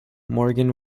morgan